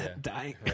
dying